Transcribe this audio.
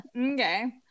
okay